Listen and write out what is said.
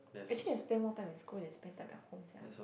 actually I spend more time in school then spend time at home sia